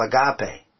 agape